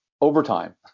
overtime